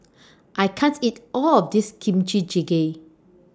I can't eat All of This Kimchi Jjigae